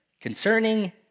concerning